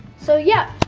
so yeah,